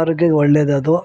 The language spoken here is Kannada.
ಆರೋಗ್ಯಕ್ಕೆ ಒಳ್ಳೇದದು